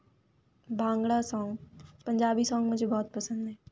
bhangra song Punjabi song मुझे बहुत पसन्द है